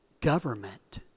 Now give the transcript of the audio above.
government